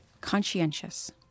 Conscientious